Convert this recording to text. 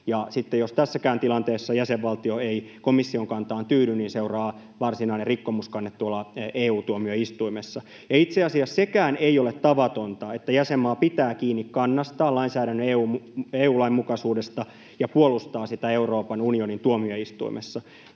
jos tässäkään tilanteessa jäsenvaltio ei komission kantaan tyydy, niin seuraa varsinainen rikkomuskanne EU-tuomioistuimessa, ja itse asiassa sekään ei ole tavatonta, että jäsenmaa pitää kiinni kannastaan lainsäädännön EU-lainmukaisuudesta ja puolustaa sitä Euroopan unionin tuomioistuimessa.